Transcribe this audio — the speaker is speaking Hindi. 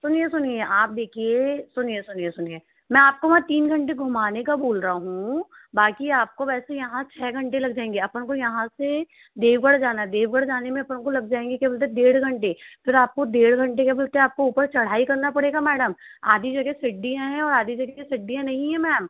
सुनिए सुनिए आप देखिए सुनिए सुनिए सुनिए मैं आपको वहाँ तीन घंटे घुमाने का बोल रहा हूँ बाकी आपको वैसे यहाँ छः घंटे लग जाऍंगे अपन को यहाँ से देवगढ़ जाना है देवगढ़ जाने में अपन को लग जाएँगे क्या बोलते डेढ़ घंटे फ़िर आपको डेढ़ घंटे क्या बोलते आपको ऊपर चढ़ाई करना पड़ेगा मैडम आधी जगह सीढ़ियाँ हैं और आधी जगह सीढ़ियाँ नहीं हैं मैम